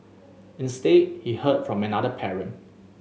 instead he heard from another parent